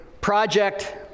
project